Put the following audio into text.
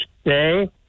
stay